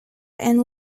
and